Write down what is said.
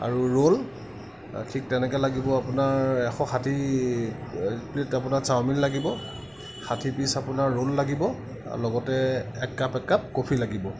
আৰু ৰোল ঠিক তেনেকৈ লাগিব আপোনাৰ এশ ষাঠি এই প্লেট আপোনাৰ চাওমিন লাগিব ষাঠি পিচ আপোনাৰ ৰোল লাগিব আৰু লগতে এক কাপ এক কাপ কফি লাগিব